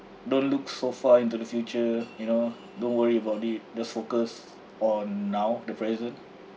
don't look so far into the future you know don't worry about it just focus on now the present